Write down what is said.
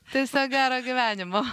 tiesiog gero gyvenimo